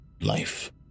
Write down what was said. life